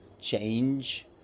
change